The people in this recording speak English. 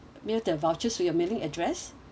mail the vouchers to your mailing address